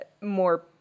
more